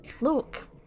look